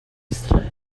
before